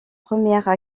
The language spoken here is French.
premières